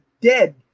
dead